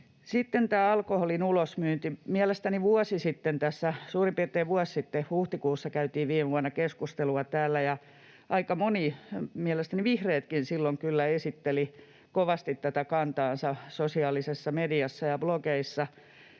Mielestäni vuosi sitten, suurin piirtein vuosi sitten, huhtikuussa viime vuonna, tästä käytiin keskustelua täällä, ja aika moni, mielestäni vihreätkin, silloin kyllä esitteli kovasti tätä kantaansa sosiaalisessa mediassa ja blogeissa,